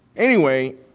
anyway,